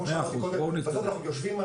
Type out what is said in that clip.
לרבות התאמת הפעילות להחלטות